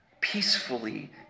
peacefully